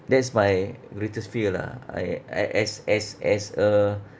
that's my greatest fear lah I I as as as a